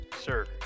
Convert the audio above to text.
sir